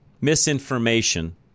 misinformation